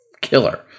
killer